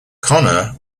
conner